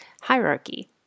hierarchy